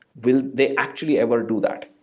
will they actually ever do that?